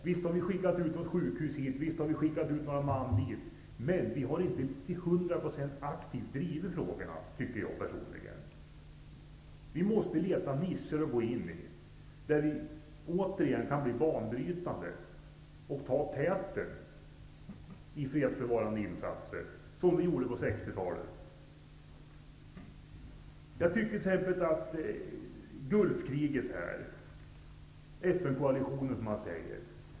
Visst har vi skickat ett sjukhus dit, och några man dit, men vi har inte till hundra procent aktivt drivit frågorna, tycker jag. Vi måste söka nischer där vi återigen kan bli banbrytande och ta täten i fredsbevarande insatser, så som vi gjorde på 1960-talet. Som exempel vill jag nämna Gulfkriget.